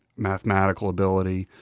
mathematical ability.